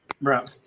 Right